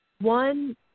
One